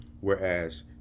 Whereas